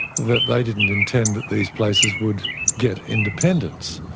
that they didn't intend that these places would get independence.